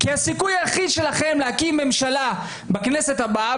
כי הסיכוי היחיד שלכם להקים ממשלה בכנסת הבאה,